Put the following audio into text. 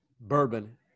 bourbon